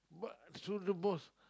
but so the boss